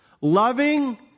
loving